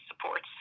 supports